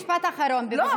משפט אחרון, בבקשה.